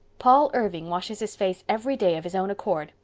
paul irving washes his face every day of his own accord,